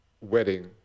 wedding